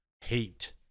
hate